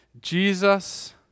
Jesus